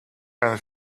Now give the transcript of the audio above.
and